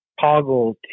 toggle